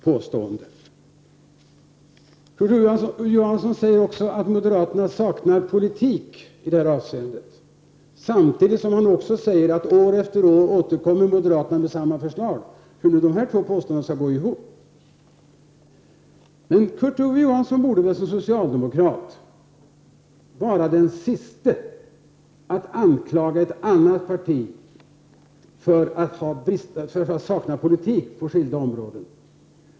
Kurt Ove Johansson säger också att moderaterna saknar politik i detta avseende, samtidigt som han säger att moderaterna år efter år återkommer med samma förslag — hur nu dessa två påståenden skall gå ihop. Som socialdemokrat borde Kurt Ove Johansson vara den siste att anklaga ett annat parti för att sakna politik på skilda områden.